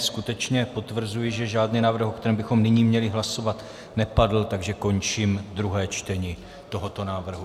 Skutečně potvrzuji, že žádný návrh, o kterém bychom nyní měli hlasovat, nepadl, takže končím druhé čtení tohoto návrhu.